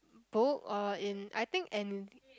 book or in I think an~